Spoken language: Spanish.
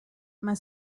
más